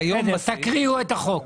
תקריאו את החוק.